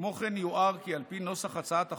כמו כן יוער כי על פי נוסח הצעת החוק,